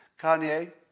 Kanye